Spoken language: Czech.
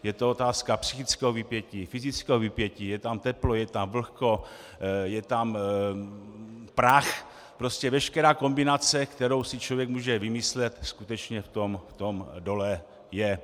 Je to otázka psychického vypětí, fyzického vypětí, je tam teplo, je tam vlhko, je tam prach, prostě veškerá kombinace, kterou si člověk může vymyslet, skutečně v tom dole je.